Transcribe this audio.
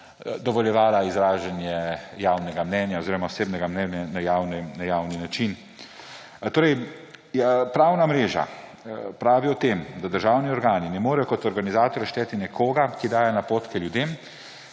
dovoljevala izražanje javnega mnenja oziroma osebnega mnenja na javni način. Torej pravna mreža pravi o tem, da državni organi ne morejo kot organizatorja šteti nekoga, ki daje napotke ljudem,